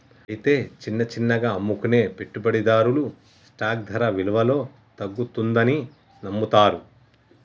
అయితే చిన్న చిన్నగా అమ్ముకునే పెట్టుబడిదారులు స్టాక్ ధర విలువలో తగ్గుతుందని నమ్ముతారు